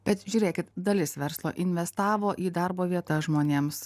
bet žiūrėkit dalis verslo investavo į darbo vietas žmonėms